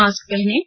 mask पहनें